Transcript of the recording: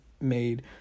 made